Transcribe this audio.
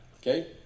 okay